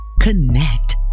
Connect